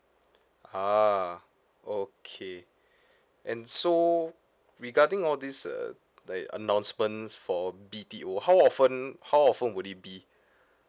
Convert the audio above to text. ah okay and so regarding all these uh like announcements for B_T_O how often how often would it be